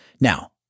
Now